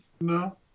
No